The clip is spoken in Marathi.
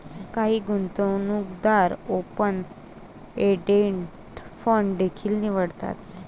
काही गुंतवणूकदार ओपन एंडेड फंड देखील निवडतात